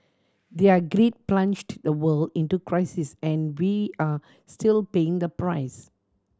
their greed plunged the world into crisis and we are still paying the price